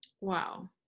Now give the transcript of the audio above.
Wow